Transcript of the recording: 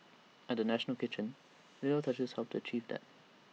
at the national kitchen little touches helped to achieve that